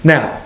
Now